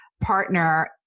partner